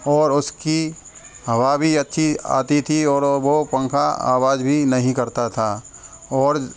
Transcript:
और उसकी हवा भी अच्छी आती थी और वो पंखा आवाज भी नहीं करता था